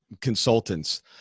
Consultants